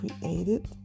created